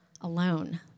alone